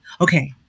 okay